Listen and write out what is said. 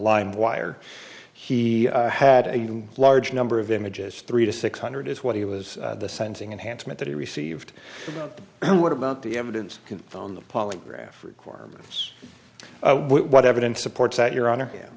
blind wire he had a large number of images three to six hundred is what he was sensing enhanced meant that he received what about the evidence on the polygraph requirements what evidence supports that your honor him